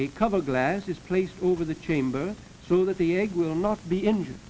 a couple glasses placed over the chamber so that the egg will not be injured